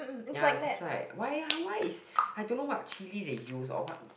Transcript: ya that's why why why is I don't know what chilli they used or what